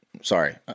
sorry